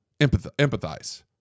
Empathize